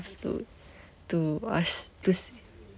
to us to s~